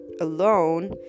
alone